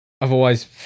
Otherwise